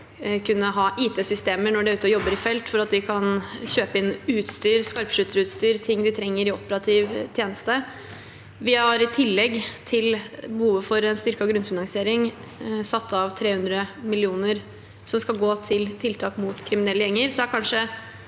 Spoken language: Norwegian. Vi har i tillegg til behovet for styrket grunnfinansiering satt av 300 mill. kr som skal gå til tiltak mot kriminelle gjenger.